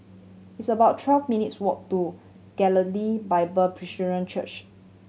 it's about twelve minutes' walk to Galilee Bible Presbyterian Church